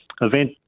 event